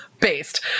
based